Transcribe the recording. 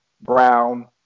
brown